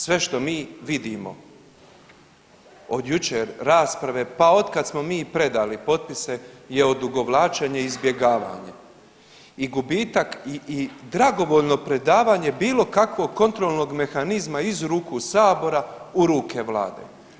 Sve što mi vidimo od jučer rasprave, pa od kad smo mi predali potpise je odugovlačenje i izbjegavanje i gubitak i dragovoljno predavanje bilo kakvog kontrolnog mehanizma iz ruku sabora u ruke vlade.